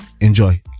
enjoy